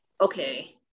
okay